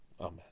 Amen